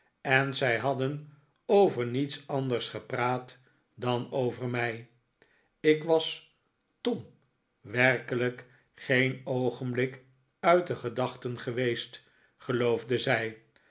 en zij hadden over niets anders gepraat dan over mij ik was tom werkelijk geen oogenblik uit de gedachten geweest geloofde zij